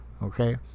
okay